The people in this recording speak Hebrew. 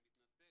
אני מתנצל,